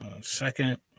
second